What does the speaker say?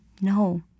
No